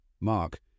Mark